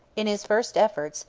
in his first efforts,